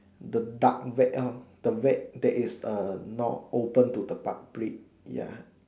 the dark web orh the web that is uh not open to the public ya